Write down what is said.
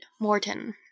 Morton